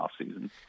offseason